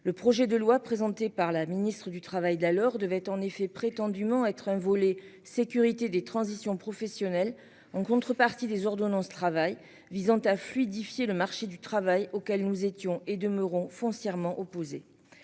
le projet de loi présenté par la ministre du Travail d'alors, devait en effet prétendument en être un volet sécurité des transitions professionnelles en contrepartie des ordonnances travail visant à fluidifier le marché du travail auquel nous étions et De Meuron foncièrement opposé